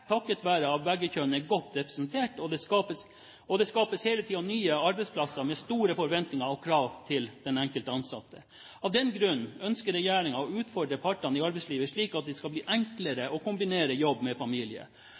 takket være at begge kjønn er godt representert, og det skapes hele tiden nye arbeidsplasser med store forventninger og krav til den enkelte ansatte. Av den grunn ønsker regjeringen å utfordre partene i arbeidslivet slik at det skal bli enklere å kombinere jobb med familie.